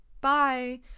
bye